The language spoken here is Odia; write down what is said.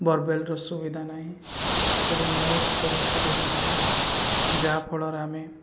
ବୋରୱେଲ୍ର ସୁବିଧା ନାହିଁ ଏବଂ ନଳକୂପର ସୁବିଧା ନାହିଁ ଯାହାଫଳରେ ଆମେ